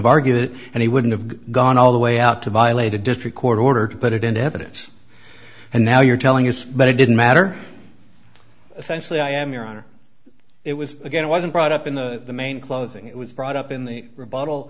argued it and he wouldn't have gone all the way out to violate a district court order to put it into evidence and now you're telling us but it didn't matter thankfully i am your honor it was again it wasn't brought up in the main closing it was brought up in the